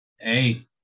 Hey